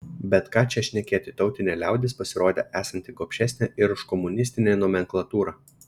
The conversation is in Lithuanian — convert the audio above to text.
bet ką čia šnekėti tautinė liaudis pasirodė esanti gobšesnė ir už komunistinę nomenklatūrą